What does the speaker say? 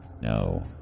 No